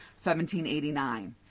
1789